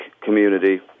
community